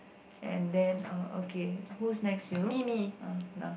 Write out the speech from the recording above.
and then uh okay who's next you ah nah